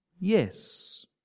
yes